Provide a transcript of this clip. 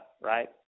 right